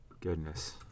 Goodness